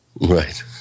Right